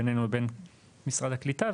בינינו לבין משרד הקליטה,